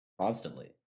constantly